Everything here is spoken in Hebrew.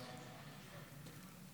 תודה רבה.